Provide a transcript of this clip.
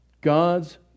God's